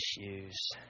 issues